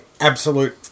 absolute